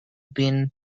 been